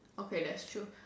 okay that's true